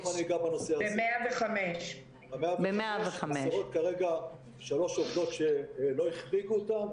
ב-105 חסרות כרגע שלוש עובדות שלא החריגו אותן,